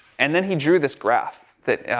and then he drew this graph that,